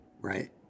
right